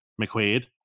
McQuaid